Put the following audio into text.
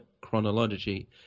chronology